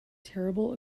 terrible